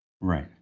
Right